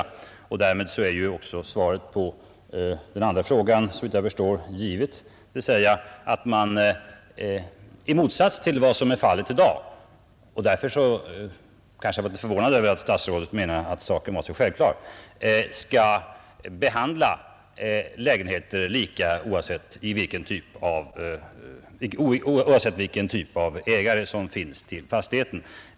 Därmed är också, såvitt jag förstår, svaret på den andra frågan givet, dvs. att man i motsats till vad som är fallet i dag — jag blev litet förvånad över att statsrådet menade att saken var så självklar — skall ha samma bestämmelser för alla lägenheter, oavsett vilken typ av ägare som innehar fastigheten.